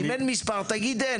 אם אין מספר אז תגיד שאין.